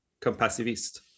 Compassivist